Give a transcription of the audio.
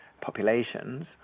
populations